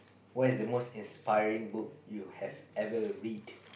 what is the most inspiring book you have ever read